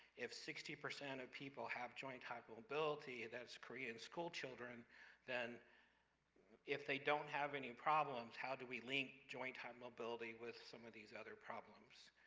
if sixty percent of people have joint hypermobility that's korean schoolchildren then if they don't have any problems. how do we link joint hypermobility with some of these other problems?